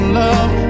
love